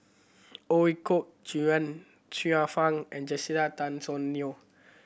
Ooi Kok Chuen Xiu Fang and Jessica Tan Soon Neo